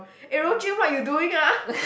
eh Rou-Jun what you doing ah